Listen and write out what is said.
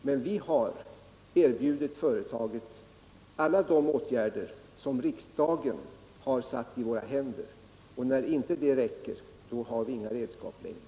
Men vi har erbjudit företaget alla de åtgärder som riksdagen har lagt i våra händer, och när inte det räcker har vi inga redskap längre.